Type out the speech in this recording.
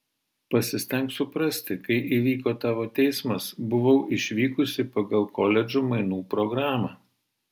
pasistenk suprasti kai įvyko tavo teismas buvau išvykusi pagal koledžų mainų programą